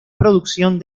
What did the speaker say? producción